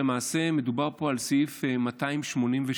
למעשה מדובר על סעיף 287,